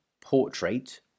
portrait